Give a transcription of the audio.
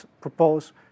propose